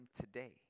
today